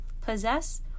possess